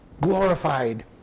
glorified